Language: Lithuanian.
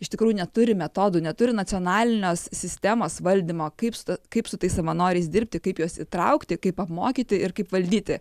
iš tikrųjų neturi metodų neturi nacionalinės sistemos valdymo kaip su ta kaip su tais savanoriais dirbti kaip juos įtraukti kaip apmokyti ir kaip valdyti